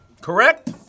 Correct